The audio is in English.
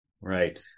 right